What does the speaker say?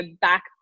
back